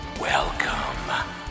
welcome